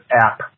app